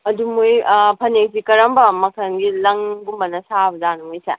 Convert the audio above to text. ꯑꯗꯨ ꯃꯣꯏ ꯐꯅꯦꯛꯁꯤ ꯀꯔꯝꯕ ꯃꯈꯜꯒꯤ ꯂꯪꯒꯨꯝꯕꯅ ꯁꯥꯕ ꯖꯥꯠꯅꯣ ꯃꯣꯏꯁꯦ